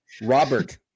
Robert